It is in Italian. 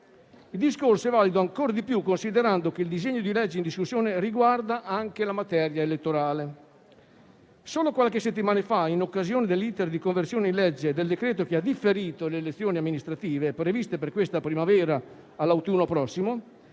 Il discorso è valido ancora di più considerando che il disegno di legge in discussione riguarda anche la materia elettorale. Solo qualche settimana fa, in occasione dell'*iter* di conversione in legge del decreto che ha differito le elezioni amministrative previste per questa primavera all'autunno prossimo,